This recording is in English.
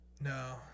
No